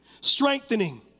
strengthening